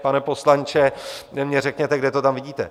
Pane poslanče, jen mi řekněte, kde to tam vidíte.